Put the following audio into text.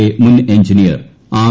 A മുൻ engineer R